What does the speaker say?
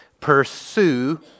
Pursue